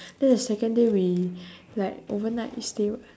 then the second day we like overnight stay [what]